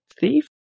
thief